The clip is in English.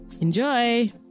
Enjoy